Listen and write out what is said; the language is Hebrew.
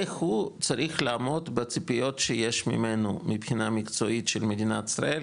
איך הוא צריך לעמוד בציפיות שיש ממנו מבחינה מקצועית של מדינת ישראל,